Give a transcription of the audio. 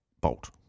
Bolt